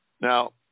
Now